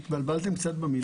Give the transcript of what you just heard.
קצת התבלבלתם במילים.